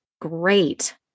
great